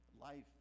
life